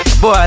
Boy